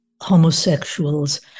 homosexuals